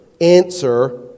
answer